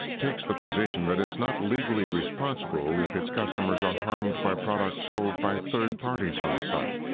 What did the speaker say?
takes the position that it's not legally responsible if its customers are harmed by products sold by third parties on the site.